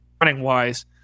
running-wise